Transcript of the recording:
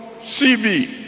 CV